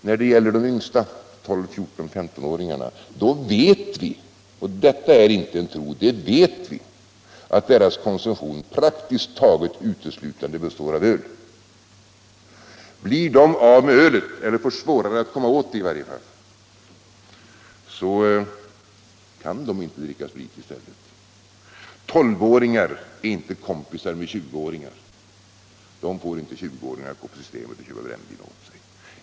När det gäller de yngsta, 12-15-åringarna vet vi — och detta är inte en tro — att deras alkoholkonsumtion praktiskt taget uteslutande består av öl. Blir de av med ölet — eller i varje fall om det blir svårare för dem att komma åt det — kan de icke dricka sprit i stället. 12-åringar är inte kompisar med 20-åringar, och de får inte hjälp av 20-åringar med inköp av brännvin på systemet.